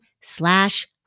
slash